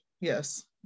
Yes